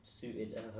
suited